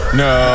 no